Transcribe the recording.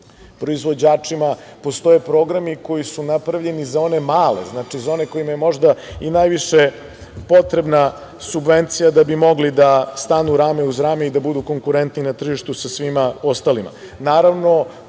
proizvođačima. Postoje i programi koji su napravljeni za one male, za one kojima je možda i najviše potrebna subvencija da bi mogli da stanu rame uz rame i da budu konkurentni na tržištu sa svima ostalima. Naravno,